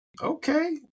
okay